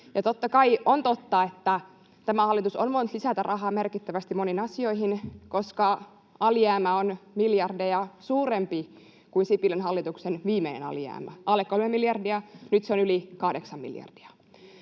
niin!] Ja on totta, että tämä hallitus on voinut lisätä rahaa merkittävästi moniin asioihin, koska alijäämä on miljardeja suurempi kuin Sipilän hallituksen viimeinen alijäämä, [Paula Risikko: Juuri niin!] alle kolme miljardia,